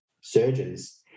surgeons